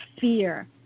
fear